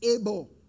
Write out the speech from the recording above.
able